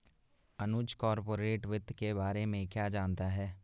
अनुज corporate वित्त के बारे में क्या जानता है?